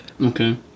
okay